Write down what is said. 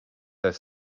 the